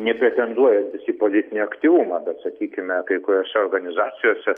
nepretenduojantis į politinį aktyvumą bet sakykime kai kuriose organizacijose